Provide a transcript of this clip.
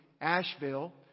Asheville